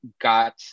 got